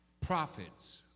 prophets